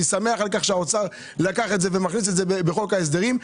אני שמח שהאוצר לקח את זה ומכניס את זה בחוק ההסדרים.